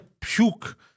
puke